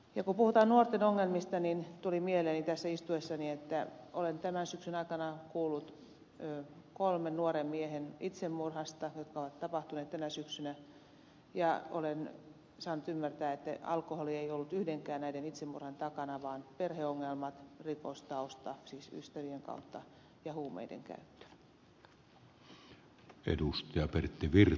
kun puhutaan nuorten ongelmista niin tuli mieleen tässä istuessani että olen tämän syksyn aikana kuullut kolmen nuoren miehen itsemurhasta jotka ovat tapahtuneet tänä syksynä ja olen saanut ymmärtää että alkoholi ei ollut yhdenkään näistä itsemurhista takana vaan perheongelmat rikostausta siis ystävien kautta ja huumeiden käyttö